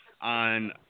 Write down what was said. on